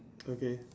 okay